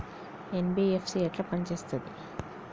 NBFC ఎట్ల పని చేత్తది?